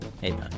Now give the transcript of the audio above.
Hey